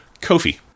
Kofi